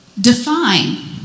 define